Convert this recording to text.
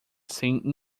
sem